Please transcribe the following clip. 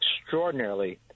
extraordinarily